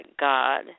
God